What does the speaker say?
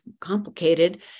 complicated